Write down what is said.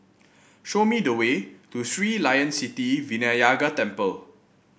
show me the way to Sri Layan Sithi Vinayagar Temple